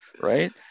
right